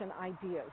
ideas